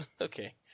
okay